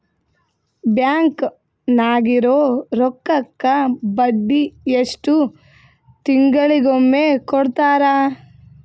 Bank ನಾಗಿರೋ ರೊಕ್ಕಕ್ಕ ಬಡ್ಡಿ ಎಷ್ಟು ತಿಂಗಳಿಗೊಮ್ಮೆ ಕೊಡ್ತಾರ?